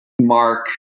mark